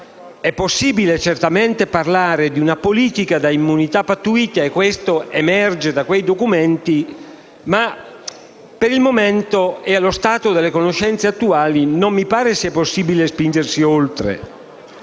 È possibile, certamente, lo ribadisco, parlare di una politica da immunità pattuita e questo emerge dai documenti. Per il momento, però, allo stato delle conoscenze attuali, non mi pare sia possibile spingerci oltre.